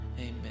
Amen